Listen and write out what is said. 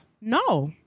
No